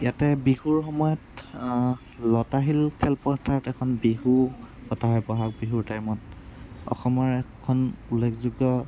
ইয়াতে বিহুৰ সময়ত লতাশিল খেলপথাৰত এখন বিহু পতা হয় বহাগ বিহুৰ টাইমত অসমৰ এখন উল্লেখযোগ্য